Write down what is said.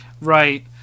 Right